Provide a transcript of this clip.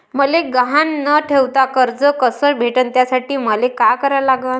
मले गहान न ठेवता कर्ज कस भेटन त्यासाठी मले का करा लागन?